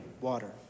water